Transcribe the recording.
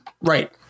Right